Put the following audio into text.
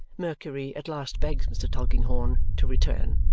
mercury at last begs mr. tulkinghorn to return.